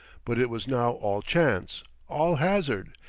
but it was now all chance, all hazard.